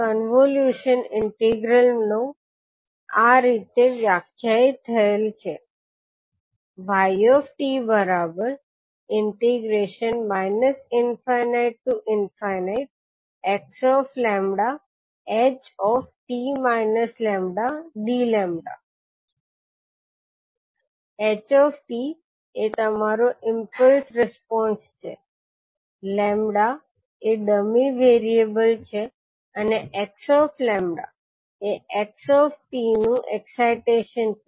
convolution integral આ રીતે વ્યાખ્યાયિત થયેલ છે 𝑦𝑡 ∞xht λdλ ℎ𝑡 એ તમારો ઈમ્પલ્સ રિસ્પોન્સ છે 𝜆 એ ડમી વેરીએબલ છે અને x𝜆 એ x𝑡 નુ એક્સાઈટેશન છે